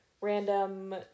random